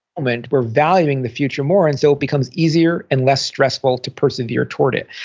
um and we're valuing the future more and so it becomes easier and less stressful to persevere toward it.